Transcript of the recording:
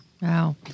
Wow